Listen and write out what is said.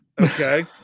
Okay